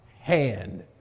hand